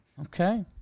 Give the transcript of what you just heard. Okay